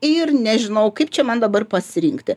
ir nežinau kaip čia man dabar pasirinkti